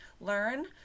learn